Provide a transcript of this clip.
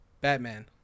Batman